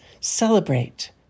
Celebrate